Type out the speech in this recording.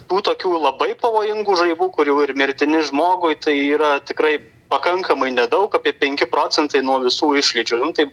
tų tokių labai pavojingų žaibų kurių ir mirtini žmogui tai yra tikrai pakankamai nedaug apie penki procentai nuo visų išlydžių nu taip